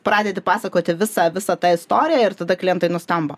pradedi pasakoti visą visą tą istoriją ir tada klientai nustemba